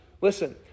Listen